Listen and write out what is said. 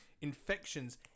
infections